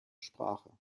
sprache